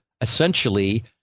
essentially